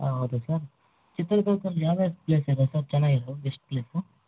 ಹಾಂ ಹೌದಾ ಸರ್ ಚಿತ್ರದುರ್ಗದಲ್ಲಿ ಯಾವ್ಯಾವ ಪ್ಲೇಸ್ ಇದೆ ಸರ್ ಚೆನ್ನಾಗಿರೋದು ಬೆಸ್ಟ್ ಪ್ಲೇಸು